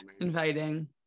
inviting